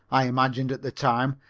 i imagined at the time,